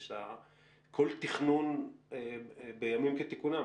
זה שכל תכנון בימים כתיקונם,